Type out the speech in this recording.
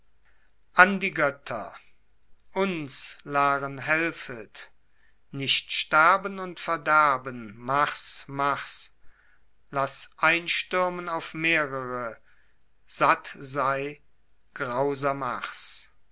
an die goetter uns laren helfet nicht sterben und verderben mars mars lass einstuermen auf mehrere satt sei grauser